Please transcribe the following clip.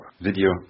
Video